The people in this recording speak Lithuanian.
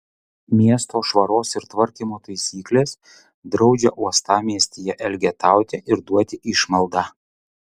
miesto švaros ir tvarkymo taisyklės draudžia uostamiestyje elgetauti ir duoti išmaldą